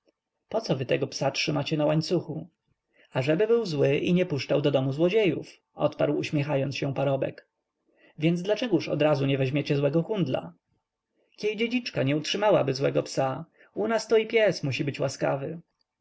poco wy tego psa trzymacie na łańcuchu ażeby był zły i nie puszczał do domu złodziejów odparł uśmiechając się parobek więc dlaczegóż odrazu nie weźmiecie złego kundla kiej dziedziczka nie utrzymałaby złego psa u nas to i pies musi być łaskawy